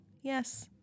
Yes